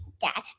Dad